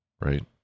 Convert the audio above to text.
right